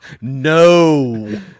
No